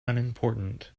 unimportant